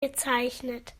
gezeichnet